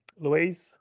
Louise